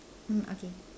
mm okay